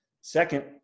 Second